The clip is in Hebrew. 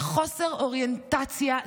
זה חוסר אוריינטציה,